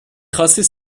tracer